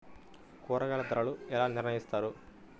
కూరగాయల ధరలు ఎలా నిర్ణయిస్తారు?